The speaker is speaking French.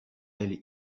elle